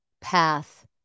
path